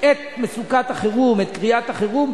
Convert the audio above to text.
את מצוקת החירום, את קריאת החירום,